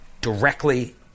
directly